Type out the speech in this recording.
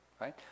right